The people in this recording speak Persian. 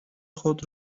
خود